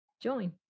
join